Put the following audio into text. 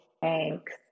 Thanks